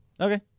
Okay